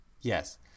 Yes